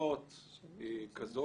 בתלונות היא כזו